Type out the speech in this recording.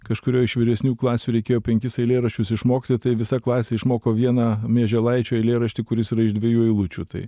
kažkurio iš vyresnių klasių reikėjo penkis eilėraščius išmokti tai visa klasė išmoko vieną mieželaičio eilėraštį kuris yra iš dviejų eilučių tai